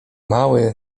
mały